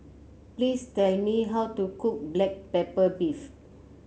please tell me how to cook Black Pepper Beef